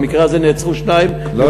במקרה הזה נעצרו שניים והוגשו כתבי אישום,